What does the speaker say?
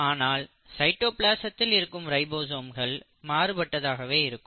ஆனால் சைட்டோபிளாசத்தில் இருக்கும் ரைபோசோம்கள் மாறுபட்டதாகவே இருக்கும்